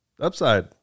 Upside